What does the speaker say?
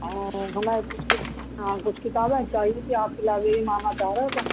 ہاں ہمیں کچھ کچھ ہاں کچھ کتابیں چاہیے تھی آپ کی لائبریری میں آنا چاہ رہے تھے ہم